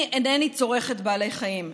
אני אינני צורכת בעלי חיים,